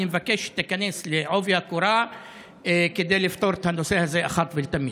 אני מבקש שתיכנס בעובי הקורה כדי לפתור את הנושא הזה אחת ולתמיד.